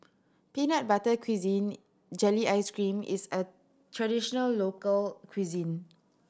peanut butter cuisine jelly ice cream is a traditional local cuisine